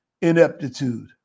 ineptitude